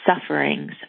sufferings